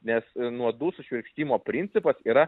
nes nuodų sušvirkštimo principas yra